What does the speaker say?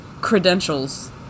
credentials